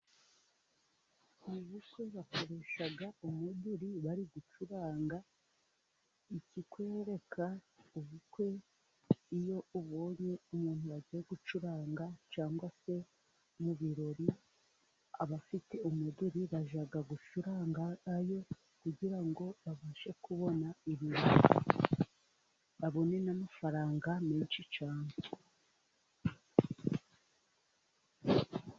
Mu bukwe bakoresha umuduri bari gucuranga. Ikikwereka ubukwe, iyo ubonye umuntu wagiye gucuranga cyangwa se mu birori, abafite umuderi bajya gucurangayo kugira ngo babashe kubona ibirori, babone n'amafaranga menshi cyane.